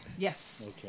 Yes